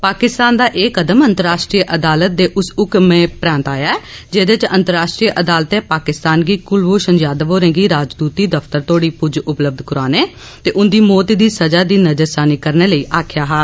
पाकिस्तान दा एह कदम अंतर्राश्ट्री अदालत दे उस हुक्मै परैन्त आया ऐ जेहदे च अंतर्राश्ट्री अदालतै पाकिस्तान गी कुलभूषण जाघव होरें गी राजदूती दफ्तर तोह्ड़ी पुज्ज उपलब्ध करोआने ते उंदी मौत दी सजा दी नजरसानी करने लेई आखेआ हा